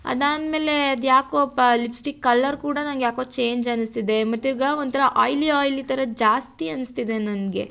ಅದಾದ್ಮೇಲೆ ಅದು ಯಾಕೋಪ್ಪ ಲಿಪ್ಸ್ಟಿಕ್ ಕಲ್ಲರ್ ಕೂಡ ನನಗ್ ಯಾಕೋ ಚೇಂಜ್ ಅನಿಸ್ತಿದೆ ಮತ್ತೆ ತಿರ್ಗಿ ಒಂಥರ ಆಯ್ಲಿ ಆಯ್ಲಿ ಥರ ಜಾಸ್ತಿ ಅನಿಸ್ತಿದೆ ನನಗೆ